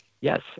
Yes